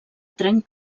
tren